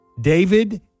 David